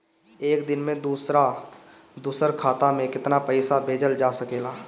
एक दिन में दूसर दूसर खाता में केतना पईसा भेजल जा सेकला?